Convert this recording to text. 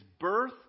birth